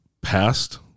past